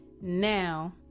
Now